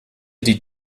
die